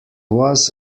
was